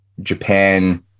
Japan